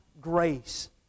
grace